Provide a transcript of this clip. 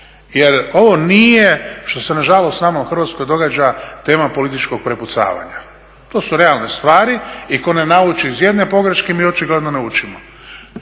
Jer ovo nije, što se nažalost nama u Hrvatskoj događa, tema političkog prepucavanja. To su realne stvari i ko ne nauči iz jedne pogreške, mi očigledno ne učimo.